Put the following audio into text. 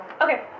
Okay